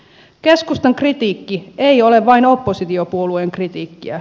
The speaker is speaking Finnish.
keskustan kritiikki ei ole vain oppositiopuolueen kritiikkiä